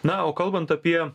na o kalbant apie